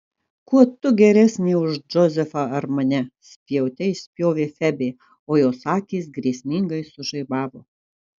kuo tu geresnė už džozefą ar mane spjaute išspjovė febė o jos akys grėsmingai sužaibavo